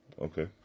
Okay